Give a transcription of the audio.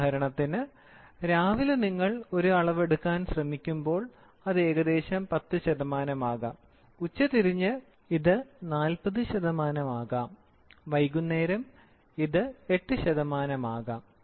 ഉദാഹരണത്തിന് രാവിലെ നിങ്ങൾ ഒരു അളവ് എടുക്കാൻ ശ്രമിക്കുമ്പോൾ അത് ഏകദേശം 10 ശതമാനം ആകാം ഉച്ചതിരിഞ്ഞ് ഇത് 40 ശതമാനമാകാം വൈകുന്നേരം ഇത് 8 ശതമാനമാകാം